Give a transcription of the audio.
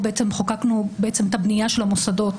חוקקנו בהן בעצם את הבנייה של המוסדות,